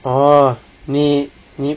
orh 你你